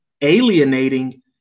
alienating